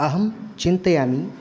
अहं चिन्तयामि